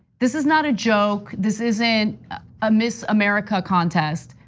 this is not a joke. this isn't a miss america contest.